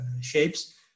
shapes